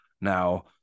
Now